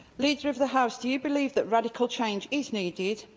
leader of the house, do you believe that radical change is needed,